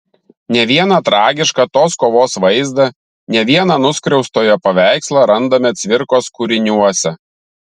ne vieną tragišką tos kovos vaizdą ne vieną nuskriaustojo paveikslą randame cvirkos kūriniuose